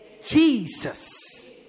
jesus